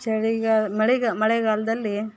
ಚಳಿಗಾಲ ಮಳೆಗಾ ಮಳೆಗಾಲದಲ್ಲಿ